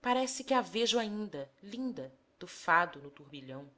parece que a vejo ainda linda do fado no turbilhão